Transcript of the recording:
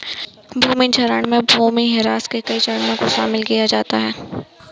मृदा क्षरण में भूमिह्रास के कई चरणों को शामिल किया जाता है